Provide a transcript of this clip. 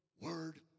word